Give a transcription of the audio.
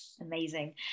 amazing